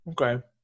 Okay